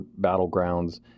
battlegrounds